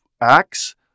Acts